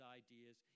ideas